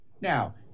Now